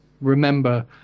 remember